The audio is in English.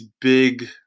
big